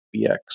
BX